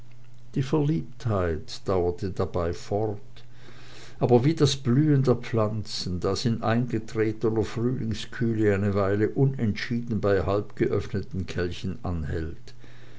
die verliebtheit dauerte dabei fort aber wie das blühen der pflanzen das in eingetretener frühlingskühle eine weile unentschieden bei halbgeöffneten kelchen anhält